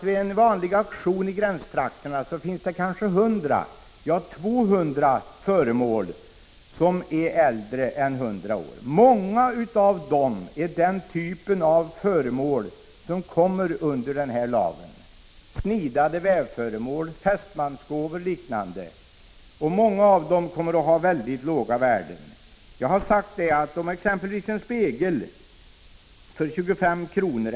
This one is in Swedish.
Vid en vanlig auktion i gränstrakterna finns det ofta kanske 100 eller 200 föremål som är äldre än 100 år. Många av dem är av den typ av föremål som omfattas av den här lagen — snidade textilredskap, fästmansgåvor osv. Många av dem kommer att ha mycket låga värden. Om exempelvis en spegel för 25 kr.